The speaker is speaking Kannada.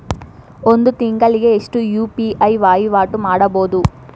ಒಂದ್ ತಿಂಗಳಿಗೆ ಎಷ್ಟ ಯು.ಪಿ.ಐ ವಹಿವಾಟ ಮಾಡಬೋದು?